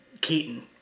Keaton